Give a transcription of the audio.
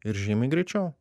ir žymiai greičiau